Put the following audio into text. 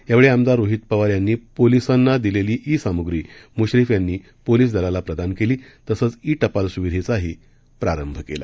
यावेळी आमदार रोहित पवार यांनी पोलीसांना दिलेली ई सामग्री मुश्रीफ यांनी पोलीस दलाला प्रदान केली तसंच ई टपाल सुविधेचाही प्रारंभ केला